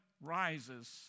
rises